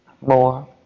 More